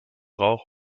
rauch